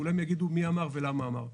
כולם יגידו מי אמר ולמה אמר.